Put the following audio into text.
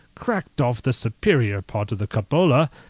cracked off the superior part of the cupola,